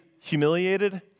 humiliated